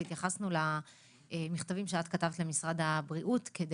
והתייחסנו למכתבים שאת כתבת למשרד הבריאות על